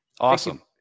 Awesome